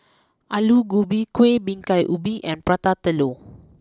Aloo Gobi Kuih Bingka Ubi and Prata Telur